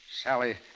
Sally